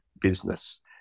business